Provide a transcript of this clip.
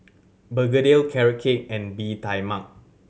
begedil Carrot Cake and Bee Tai Mak